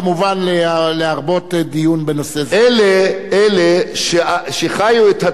אלה שחיו את התקופה הזאת באמת יכולים להרגיש את זה.